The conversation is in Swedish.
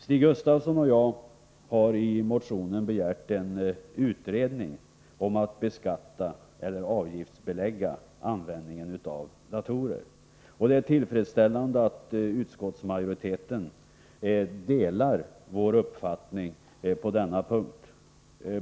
Stig Gustafsson och jag har i motionen begärt en utredning om att beskatta eller avgiftsbelägga användningen av datorer. Det är tillfredsställande att utskottsmajoriteten delar vår uppfattning på denna punkt.